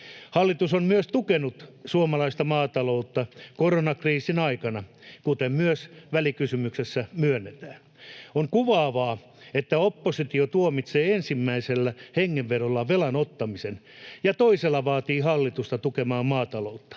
Hallitus on myös tukenut suomalaista maataloutta koronakriisin aikana, kuten myös välikysymyksessä myönnetään. On kuvaavaa, että oppositio tuomitsee ensimmäisellä hengenvedolla velan ottamisen ja toisella vaatii hallitusta tukemaan maataloutta.